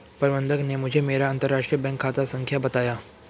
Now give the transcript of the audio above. प्रबन्धक ने मुझें मेरा अंतरराष्ट्रीय बैंक खाता संख्या बताया